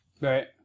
Right